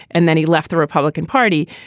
and then he left the republican party.